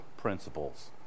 principles